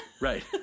Right